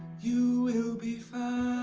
you will be